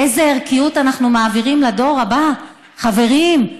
איזה ערכיות אנחנו מעבירים לדור הבא, חברים?